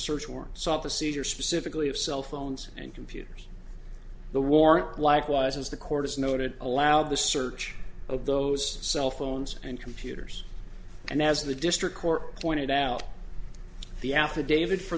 search warrant sought the seizure specifically of cell phones and computers the warrant likewise as the court is noted allowed the search of those cell phones and computers and as the district court pointed out the affidavit for